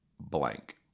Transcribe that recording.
blank